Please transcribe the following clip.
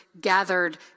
gathered